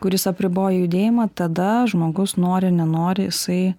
kuris apriboja judėjimą tada žmogus nori nenori jisai